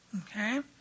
okay